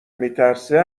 میترسه